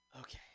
Okay